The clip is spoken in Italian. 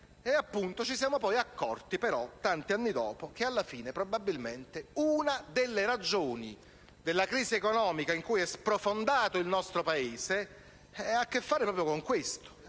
ci siamo poi accorti tanti anni dopo che alla fine probabilmente una delle ragioni della crisi economica in cui è sprofondato il nostro Paese ha a che fare con questo,